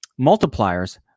multipliers